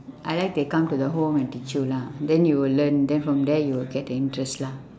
I like they come to the home and teach you lah then you will learn then from there you will get the interest lah